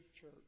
church